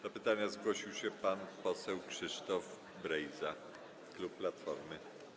Do pytania zgłosił się pan poseł Krzysztof Brejza, klub Platformy.